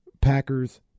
Packers